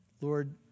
Lord